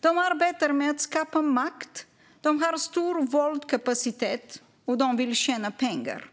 De arbetar med att skapa makt. De har stor våldskapacitet. De vill tjäna pengar."